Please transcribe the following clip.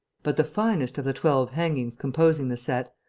but the finest of the twelve hangings composing the set,